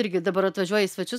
irgi dabar atvažiuoja į svečius